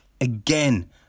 again